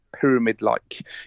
pyramid-like